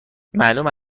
معلومه